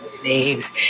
names